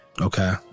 Okay